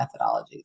methodologies